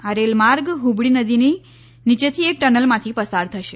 આ રેલમાર્ગ હુબળી નદીની નીચેથી એક ટનલમાંથી પસાર થશે